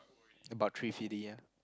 about three ya